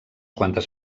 quantes